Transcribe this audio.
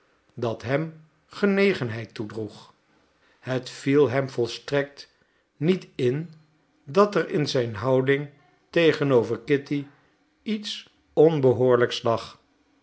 dat hem genegenheid toedroeg het viel hem volstrekt niet in dat er in zijn houding tegenover kitty iets onbehoorlijks lag